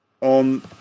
on